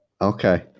Okay